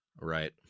Right